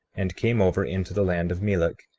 and came over into the land of melek,